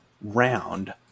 round